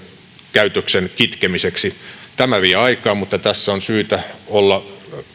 käytöksen kitkemiseksi tämä vie aikaa mutta tässä on syytä olla